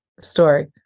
story